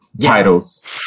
titles